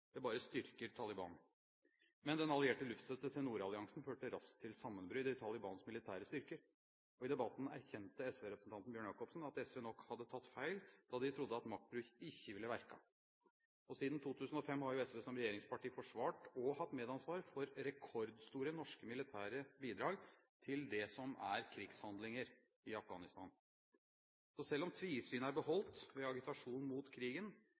det bare styrker Taliban. Men den allierte luftstøtte til Nordalliansen førte raskt til sammenbrudd i Talibans militære styrker. I debatten erkjente daværende SV-representant Bjørn Jacobsen at SV nok hadde tatt feil da de trodde at maktbruk «ikkje ville verka». Og siden 2005 har jo SV som regjeringsparti forsvart og hatt medansvar for rekordstore norske militære bidrag til det som er krigshandlinger i Afghanistan. Så selv om tvisynet er beholdt ved agitasjon mot krigen,